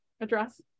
address